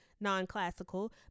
non-classical